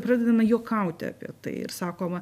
pradedama juokauti apie tai ir sakoma